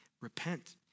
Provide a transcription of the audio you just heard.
Repent